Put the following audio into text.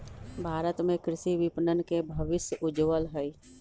भारत में कृषि विपणन के भविष्य उज्ज्वल हई